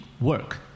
work